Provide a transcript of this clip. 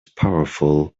powerful